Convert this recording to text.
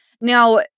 Now-